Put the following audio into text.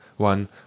one